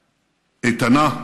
איתנה,